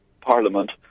Parliament